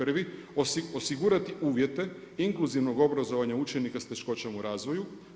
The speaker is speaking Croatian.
Prvi, osigurati uvjete inkluzivnog obrazovanja učenika sa teškoćama u razvoju.